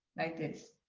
like this.